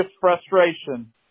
frustration